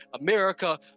America